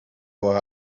boy